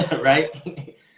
right